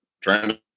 trying